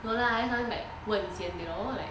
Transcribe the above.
no lah I just want like 问先 you know like